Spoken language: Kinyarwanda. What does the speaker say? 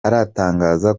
aratangaza